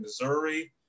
Missouri